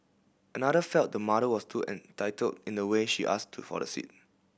another felt the mother was too entitled in the way she ask to for the seat